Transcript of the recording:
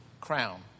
crown